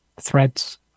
Threads